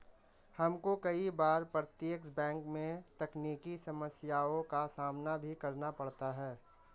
हमको कई बार प्रत्यक्ष बैंक में तकनीकी समस्याओं का सामना भी करना पड़ता है